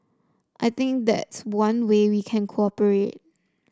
I think that's one way we can cooperate